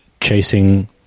chasing